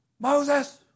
Moses